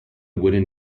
wooden